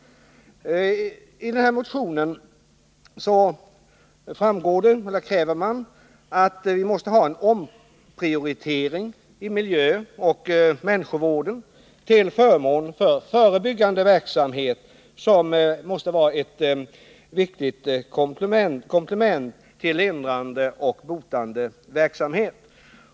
I motionen krävs en omprioritering inom miljöoch människovården till förmån för förebyggande verksamhet som ett viktigt komplement till lindrande och botande verksamhet.